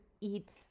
eat